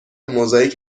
موزاییک